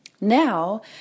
Now